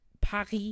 Paris